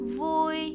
vui